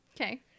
Okay